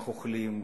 איך אוכלים,